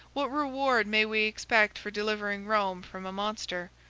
what reward may we expect for delivering rome from a monster?